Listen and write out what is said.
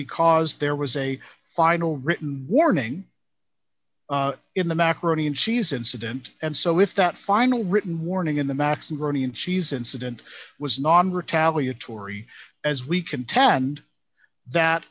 because there was a final written warning in the macaroni and cheese incident and so if that final written warning in the max and runny and cheese incident was non retaliatory as we contend that